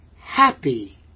Happy